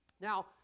Now